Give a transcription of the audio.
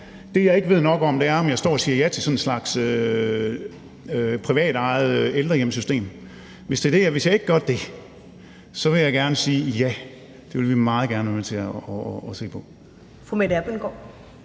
Det, jeg ikke ved nok om, er, om jeg står og siger ja til sådan en slags privatejet ældrehjemssystem. Hvis jeg ikke gør det, vil jeg gerne sige: Ja, det vil vi meget gerne være med til at se på.